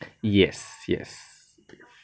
yes yes